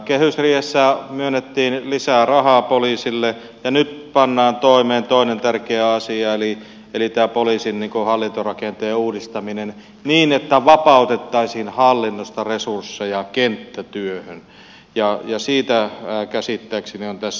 kehysriihessä myönnettiin lisää rahaa poliisille ja nyt pannaan toimeen toinen tärkeä asia eli poliisin hallintorakenteen uudistaminen niin että vapautettaisiin hallinnosta resursseja kenttätyöhön ja siitä käsittääkseni on tässä kysymys